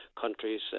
countries